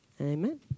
Amen